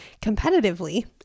competitively